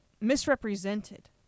misrepresented